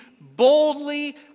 boldly